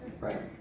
Right